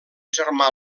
germà